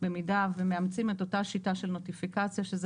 במידה ומאמצים את אותה שיטה של נוטיפיקציה שזה